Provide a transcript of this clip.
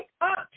up